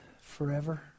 forever